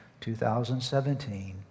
2017